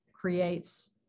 creates